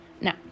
Now